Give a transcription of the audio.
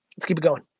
let's keep it goin'.